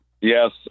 Yes